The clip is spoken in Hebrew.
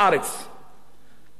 רמטכ"ל ושר ביטחון,